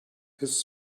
his